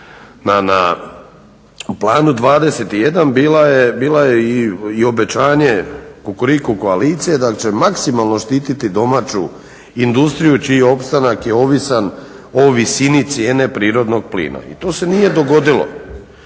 na planu 21 bila je i obećanje Kukuriku koalicije da će maksimalno štititi domaću industriju čiji opstanak je ovisan o visini cijene prirodnog plina. To se nije dogodilo.